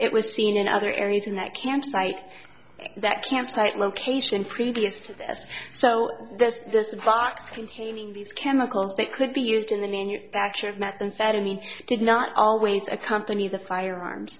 it was seen in other anything that can cite that campsite location previous to this so this this box containing these chemicals that could be used in the manufacture of methamphetamine did not always accompany the firearms